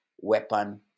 weapon